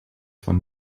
von